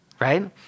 Right